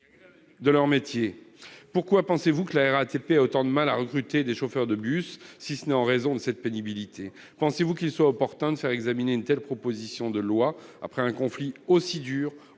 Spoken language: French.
de leur métier. Pourquoi, selon vous, la RATP a-t-elle autant de mal à recruter des chauffeurs de bus, si ce n'est en raison de la pénibilité de ce métier ? Pensez-vous qu'il soit opportun d'examiner une telle proposition de loi après un conflit aussi dur,